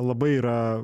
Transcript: labai yra